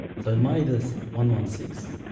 so minus one one six,